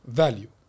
value